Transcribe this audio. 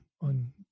on